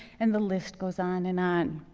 and the list goes on and on.